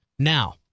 Now